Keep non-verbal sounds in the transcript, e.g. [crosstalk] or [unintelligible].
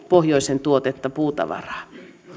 [unintelligible] pohjoisen tuotetta puutavaraa